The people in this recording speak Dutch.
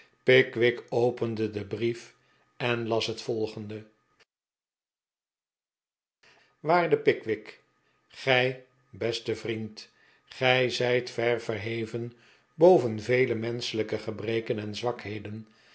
pickwick opende den brief en las het volgende waarde pickwick gij beste vriend gij zijt ver verheven boven vele menschelijke gebreken en